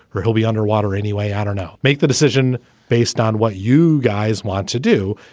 or he'll be underwater anyway. i don't know. make the decision based on what you guys want to do.